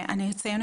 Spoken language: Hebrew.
אני אציין,